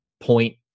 point